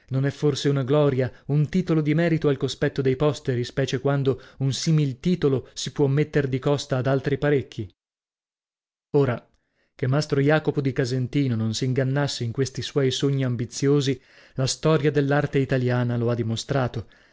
non è forse una gloria un titolo di merito al cospetto dei posteri specie quando un simil titolo si può metter di costa ad altri parecchi ora che mastro jacopo di casentino non s'ingannasse in questi suoi sogni ambiziosi la storia dell'arte italiana lo ha dimostrato